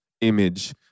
image